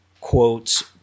quotes